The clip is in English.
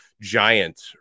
giant